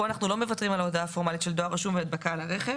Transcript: פה אנחנו לא מוותרים על ההודעה הפורמלית של דואר רשום והדבקה על הרכב.